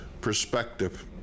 perspective